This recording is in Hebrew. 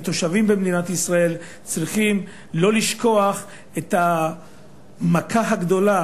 לתושבים במדינת ישראל אסור לשכוח את המכה הגדולה